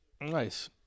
Nice